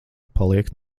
paliek